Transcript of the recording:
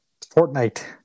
Fortnite